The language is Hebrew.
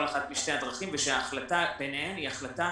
אחת משתי הדרכים ושההחלטה ביניהם היא החלטה